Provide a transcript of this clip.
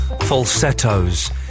falsettos